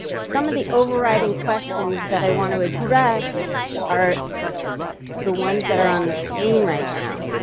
some of the overriding questions that i want to address are the ones that are on the screen right now.